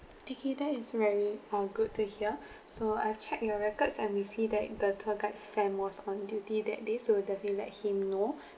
pic~ that is very uh good to hear so I've checked your records and we see that the tour guide sam was on duty that day so definitely let him know